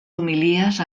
homilies